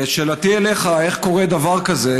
שאלתי אליך: איך קורה דבר כזה,